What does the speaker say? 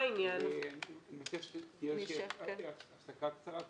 אני מבקש אם אפשר הפסקה קטנה,